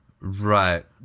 right